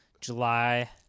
July